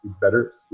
better